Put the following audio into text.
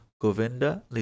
Govinda